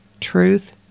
Truth